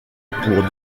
pour